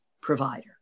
provider